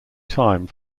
time